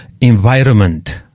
environment